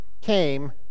came